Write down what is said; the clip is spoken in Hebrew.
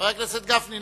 חבר הכנסת גפני,